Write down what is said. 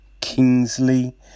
Kingsley